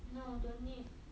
no don't need